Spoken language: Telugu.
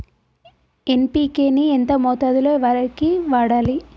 ఎన్.పి.కే ని ఎంత మోతాదులో వరికి వాడాలి?